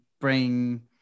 bring